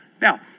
Now